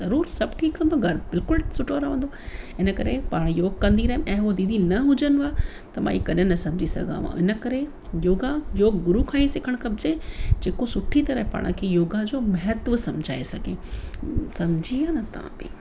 जरूर सभु ठीकु हूंदो घर बिल्कुलु सुठो रहंदो इन करे पाण योग कंदी रहियम ऐं हू दीदी न हुजनव हा त मां हीअ कॾहिं न सम्झी सघांव हा इन करे योगा योगगुरू खां ई सिखणु खपजे जेको सुठी तरहं पाण खे योगा जो महत्व सम्झाए सघे सम्झी वियव न तव्हां बि